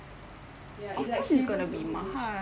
ya it like flavours the whole dish